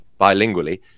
bilingually